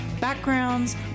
backgrounds